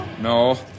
No